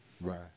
Right